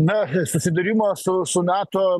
na susidūrimo su su nato